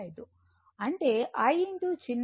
అంటే Iచిన్న r 5